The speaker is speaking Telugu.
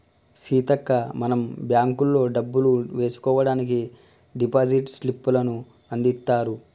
సీతక్క మనం బ్యాంకుల్లో డబ్బులు వేసుకోవడానికి డిపాజిట్ స్లిప్పులను అందిత్తారు